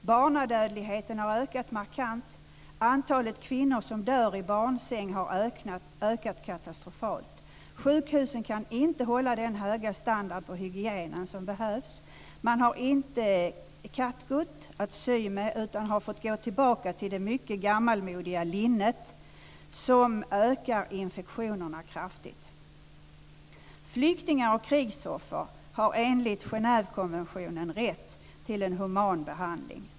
Barnadödligheten har ökat markant. Antalet kvinnor som dör i barnsäng har ökat katastrofalt. Sjukhusen kan inte hålla den höga standard och hygien som behövs. Man har inte catgut att sy med, utan har fått gå tillbaka till det mycket gammalmodiga linnet, som ökar infektionerna kraftigt. Flyktingar och krigsoffer har enligt Genèvekonventionen rätt till en human behandling.